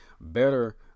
better